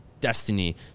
destiny